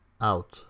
out